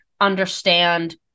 understand